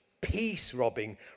peace-robbing